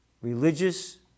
religious